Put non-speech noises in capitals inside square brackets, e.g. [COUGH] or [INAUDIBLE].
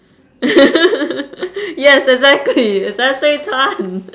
[LAUGHS] yes exactly it's S A tan [LAUGHS]